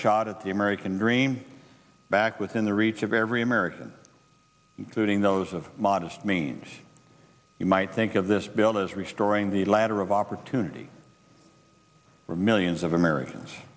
shot at the american dream back within the reach of every american including those of modest means you might think of this bill is restoring the ladder of opportunity for millions of americans